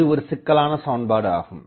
இது ஒரு சிக்கலான சமன்பாடு ஆகும்